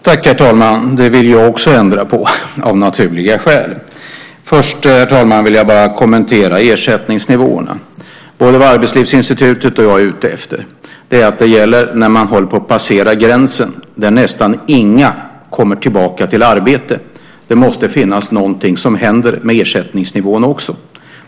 Herr talman! Det vill jag också ändra på, av naturliga skäl. Först vill jag bara kommentera ersättningsnivåerna, herr talman. Vad både Arbetslivsinstitutet och jag är ute efter är vad som gäller när man håller på att passera den gräns där nästan inga kommer tillbaka till arbetet. Då måste det finnas någonting som händer med ersättningsnivån också.